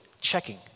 checking